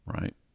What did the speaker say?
right